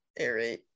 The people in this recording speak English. aerate